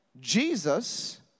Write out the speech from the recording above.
Jesus